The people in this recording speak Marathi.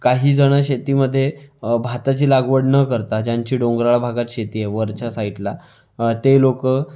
काही जणं शेतीमध्ये भाताची लागवड न करता ज्यांची डोंगराळ भागात शेती आहे वरच्या साईडला ते लोकं